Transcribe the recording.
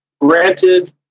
Granted